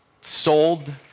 sold